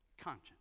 conscience